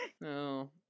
no